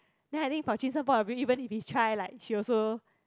then I think from jun sheng point of view even if he try like she also